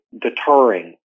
deterring